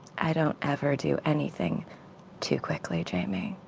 i don't ever do anything too quickly, jamie.